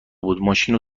بود، ماشینو